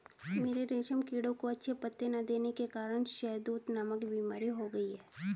मेरे रेशम कीड़ों को अच्छे पत्ते ना देने के कारण शहदूत नामक बीमारी हो गई है